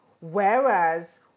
Whereas